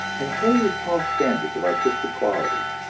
and wholly false standards of artistic quality.